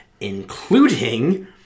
including